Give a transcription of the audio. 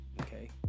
okay